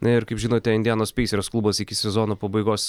na ir kaip žinote indianos pacers klubas iki sezono pabaigos